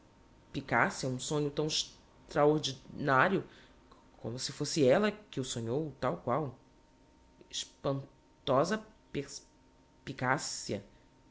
pers picacia um sonho tão extraordi nario como se fosse ella que o sonhou tal qual es panto sa pers pica